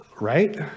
Right